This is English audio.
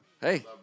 Hey